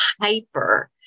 hyper